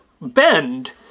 bend